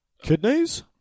Kidneys